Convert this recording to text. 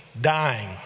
dying